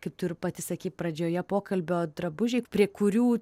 kaip tu ir pati sakei pradžioje pokalbio drabužiai prie kurių